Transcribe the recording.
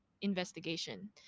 investigation